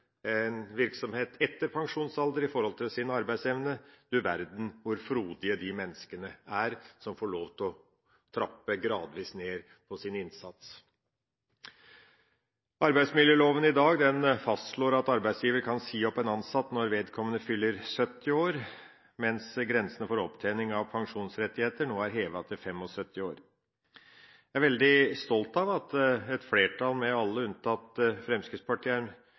en virksomhet etter pensjonsalder i forhold til sin arbeidsevne, du verden hvor frodige de menneskene er som får lov til å trappe gradvis ned på sin innsats. Arbeidsmiljøloven i dag fastslår at arbeidsgiver kan si opp en ansatt når vedkommende fyller 70 år, mens grensa for opptjening av pensjonsrettigheter nå er hevet til 75 år. Jeg er veldig stolt av at et flertall, alle unntatt Fremskrittspartiet,